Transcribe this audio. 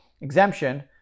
exemption